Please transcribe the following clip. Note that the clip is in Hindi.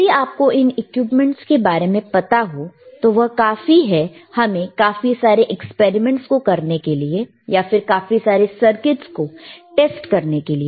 यदि आपको इन इक्विपमेंट्स के बारे में पता हो तो वह काफी है हमें काफी सारे एक्सपेरिमेंट्स को करने के लिए या फिर काफी सारे सर्किट को टेस्ट करने के लिए